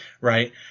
Right